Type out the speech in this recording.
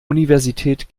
universität